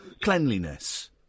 cleanliness